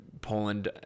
Poland